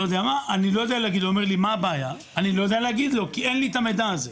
אני לא יודע להגיד לו מה הבעיה כי אין לי את המידע הזה.